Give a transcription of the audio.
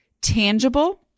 tangible